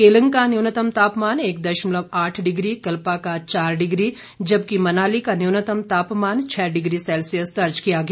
केलंग का न्यूनतम तापमान एक दशमलव आठ डिग्री कल्पा का चार डिग्री जबकि मनाली का न्यूनतम तापमान छः डिग्री सेल्सियस दर्ज किया गया